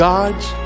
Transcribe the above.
God's